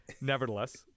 nevertheless